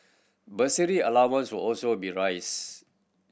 bursary allowance will also be rise